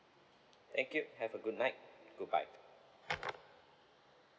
thank you have a good night goodbye